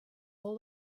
all